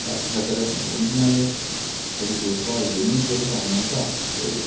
तक्क शक रक्खने पौंदी ते थोह्ड़ी देख भाल डेली दा गै कम्म उं'दा ते